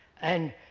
and